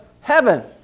heaven